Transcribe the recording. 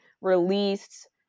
released